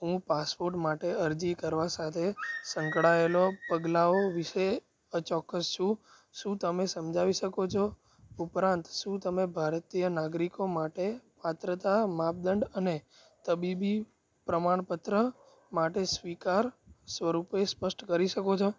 હું પાસપોટ માટે અરજી કરવા સાથે સંકળાયેલો પગલાંઓ વિશે અચોક્કસ છું શું તમે સમજાવી શકો છો ઉપરાંત શું તમે ભારતીય નાગરિકો માટે પાત્રતા માપદંડ અને તબીબી પ્રમાણપત્ર માટે સ્વીકાર સ્વરૂપે સ્પષ્ટ કરી શકો છો